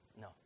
No